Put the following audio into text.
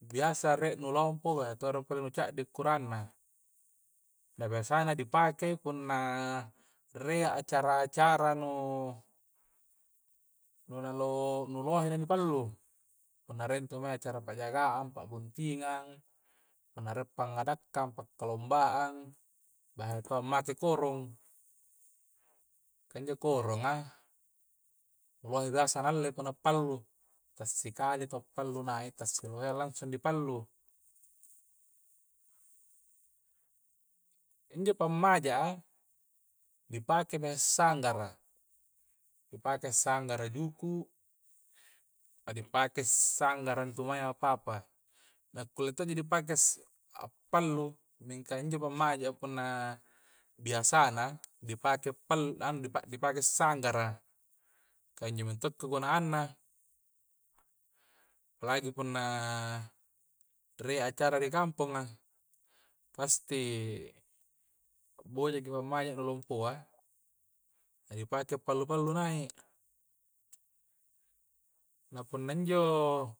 biasa rie nu lompo biasa to rie ca'di ukurangna na biasa dipakai punna rea acara-acara nu nanu nu lohe na di pallu punna rie' intu mae acara pajaga'ang, pa'buntingang, punna rie' pangadakkang, pakkalombaang biasa to make korong kah injo koronga, nu lohe biasa na allei punna pallu' tassikali to pallu nai' tassiloeang langsung di pallu injo pammaja'a dipakai biasa sanggara di pakai sanggara juku' na dipakai'i sanggara intu mae apa-apa nakulle to'ji dipakai as' pallu' mingka injo pammaja'a punna biasana, di pakai pallu ang anu dipa dipakai sanggara'. kah injo to' kagunaanna palagi punna rie' acara di kamponga' pasti bojaki pammaja' nu lompo'a na nu dipakai pallu-pallu nai' nah punna injo